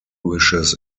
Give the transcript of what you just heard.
wishes